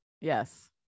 Yes